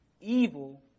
evil